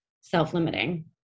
self-limiting